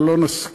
אבל לא נסכים,